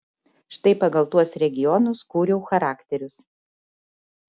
štai pagal tuos regionus kūriau charakterius